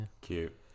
Cute